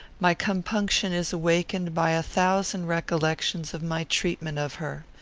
my compunction is awakened by a thousand recollections of my treatment of her.